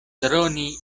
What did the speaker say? droni